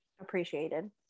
Appreciated